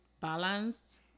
balanced